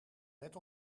net